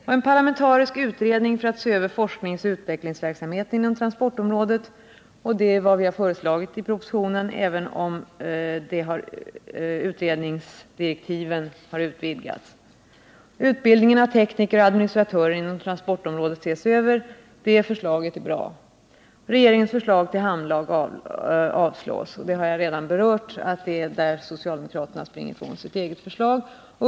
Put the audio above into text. En parlamentarisk utredning för att se över forskningsoch utvecklingsverksamheten inom transportområdet. —- Det är vad vi har föreslagit i propositionen, även om utredningens direktiv har utvidgats. Utbildningen av tekniker och administratörer inom transportområdet skall ses över. — Det är ett bra förslag. Regeringens förslag till lag om hamninvesteringar avstyrks. — Jag har redan berört att det är där som socialdemokraterna springer ifrån sitt eget förslag.